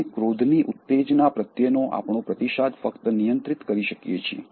આપણે ક્રોધની ઉત્તેજના પ્રત્યેનો આપણો પ્રતિસાદ ફક્ત નિયંત્રિત કરી શકીએ છીએ